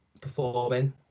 performing